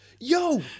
yo